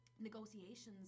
negotiations